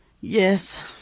Yes